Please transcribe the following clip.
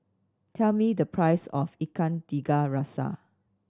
tell me the price of Ikan Tiga Rasa